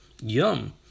Yum